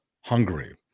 Hungary